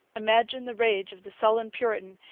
imagine the rage of the sullen puritan,